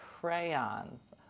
crayons